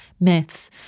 myths